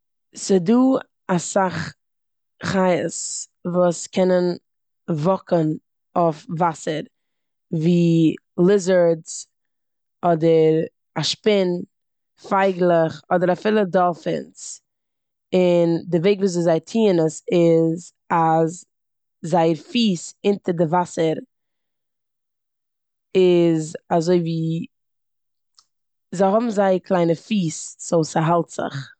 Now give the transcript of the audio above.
ס'דא אסאך חיות וואס קענען וואקן אויף וואסער, ווי ליזארדס אדער א שפין, פייגלעך אדער אפילו דאלפימס און די וויג וויאזוי זיי טוען עס איז אז זייער פיס אונטער די וואסער איז אזויווי- זיי האבן זייער קליינע פיס סאו ס'האלט זיך.